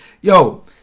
yo